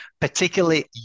particularly